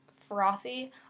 frothy